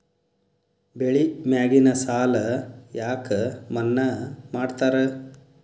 ಬೆಳಿ ಮ್ಯಾಗಿನ ಸಾಲ ಯಾಕ ಮನ್ನಾ ಮಾಡ್ತಾರ?